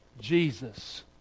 Jesus